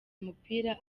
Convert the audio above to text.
umupira